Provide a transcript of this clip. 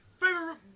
Favorite